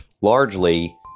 largely